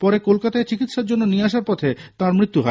পরে কলকাতায় চিকিত্সার জন্য নিয়ে আসার পথে তাঁর মৃত্যু হয়